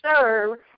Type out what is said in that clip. serve